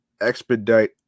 expedite